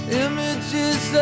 images